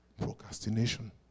Procrastination